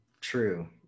True